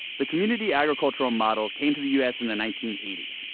the community agricultural model came to the u s. in the nineteen eighty s.